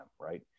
Right